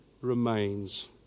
remains